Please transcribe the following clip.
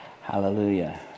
Hallelujah